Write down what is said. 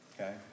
Okay